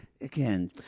Again